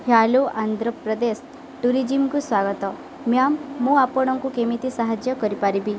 hello Andhra Pradesh ଟୁରିଜିମ୍କୁ ସ୍ୱାଗତ ma'am ମୁଁ ଆପଣଙ୍କୁ କେମିତି ସାହାଯ୍ୟ କରିପାରିବି